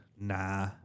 Nah